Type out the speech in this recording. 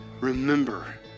remember